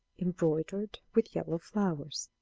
embroidered with yellow flowers.